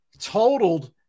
totaled